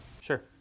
Sure